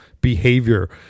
behavior